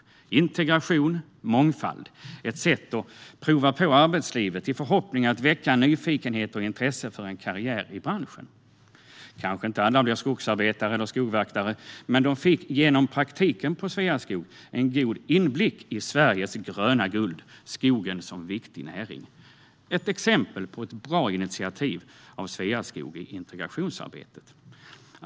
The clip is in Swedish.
Det var integration, mångfald och ett sätt att prova på arbetslivet i förhoppning om att väcka nyfikenhet och intresse för en karriär i branschen. Alla kanske inte blir skogsarbetare eller skogvaktare, men genom praktiken på Sveaskog fick de en god inblick i Sveriges gröna guld: skogen, som är en viktig näring. Det är ett exempel på ett bra initiativ av Sveaskog i integrationsarbetet.